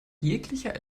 jeglicher